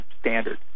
standard